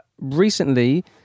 recently